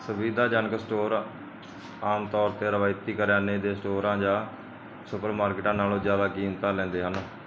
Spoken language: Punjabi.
ਸੁਵਿਧਾਜਨਕ ਸਟੋਰ ਆਮ ਤੌਰ 'ਤੇ ਰਵਾਇਤੀ ਕਰਿਆਨੇ ਦੇ ਸਟੋਰਾਂ ਜਾਂ ਸੁਪਰ ਮਾਰਕੀਟਾਂ ਨਾਲੋਂ ਜ਼ਿਆਦਾ ਕੀਮਤਾਂ ਲੈਂਦੇ ਹਨ